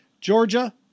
Georgia